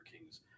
King's